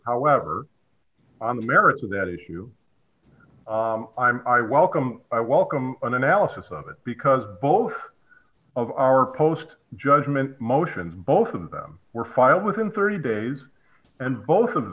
however on the merits of that issue i welcome i welcome an analysis of it because both of our post judgment motions both of them were filed within thirty days and both of